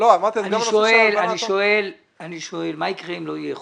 אני שואל מה יקרה אם לא יהיה חוק.